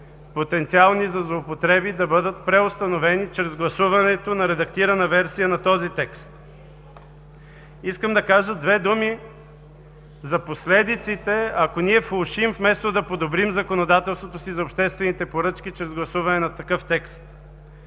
възможности за злоупотреби да бъдат преустановени чрез гласуването на редактирана версия на този текст. Искам да кажа две думи за последиците, ако ние влошим, вместо да подобрим законодателството си за обществените поръчки чрез гласуване на такъв текст.